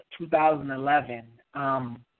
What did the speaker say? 2011